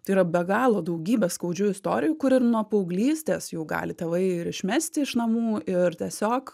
tai yra be galo daugybė skaudžių istorijų kur ir nuo paauglystės jau gali tėvai ir išmesti iš namų ir tiesiog